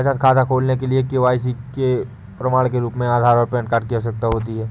बचत खाता खोलने के लिए के.वाई.सी के प्रमाण के रूप में आधार और पैन कार्ड की आवश्यकता होती है